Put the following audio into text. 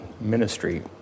ministry